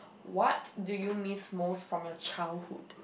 what do you miss most from your childhood